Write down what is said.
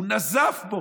הוא נזף בו.